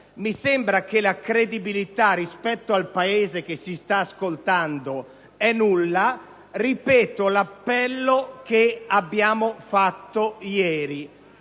Mi sembra che la credibilità davanti al Paese che ci sta ascoltando sia nulla. Ripeto l'appello che abbiamo fatto ieri: